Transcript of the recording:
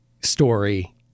story